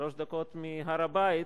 שלוש דקות מהר-הבית.